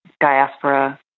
diaspora